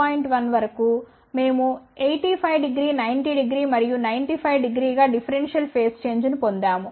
1 వరకు మేము 850 900 మరియు 950గా డిఫరెన్షియల్ ఫేజ్ చేంజ్ ను పొందాము